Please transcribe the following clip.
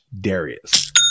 Darius